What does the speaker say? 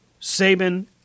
Saban